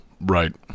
right